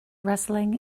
wrestling